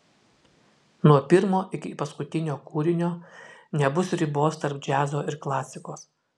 nuo pirmo iki paskutinio kūrinio nebus ribos tarp džiazo ir klasikos